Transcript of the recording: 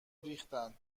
ریختن